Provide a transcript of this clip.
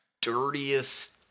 dirtiest